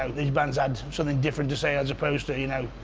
these bands had something different to say, as opposed to, you know.